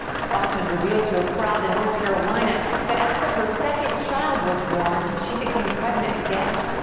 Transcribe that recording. bachman revealed to a crowd in north carolina that after her second child was born, she became pregnant again.